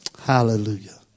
Hallelujah